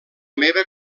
meva